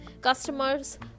customers